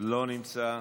לא נמצא,